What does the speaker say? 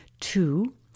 Two